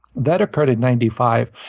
that occurred in ninety five.